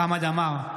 בעד חמד עמאר,